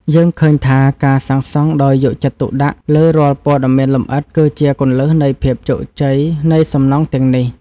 យើងឃើញថាការសាងសង់ដោយយកចិត្តទុកដាក់លើរាល់ព័ត៌មានលម្អិតគឺជាគន្លឹះនៃភាពជោគជ័យនៃសំណង់ទាំងនេះ។